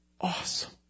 awesome